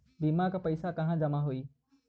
बीमा क पैसा कहाँ जमा होई?